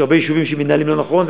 יש הרבה יישובים שמתנהלים לא נכון.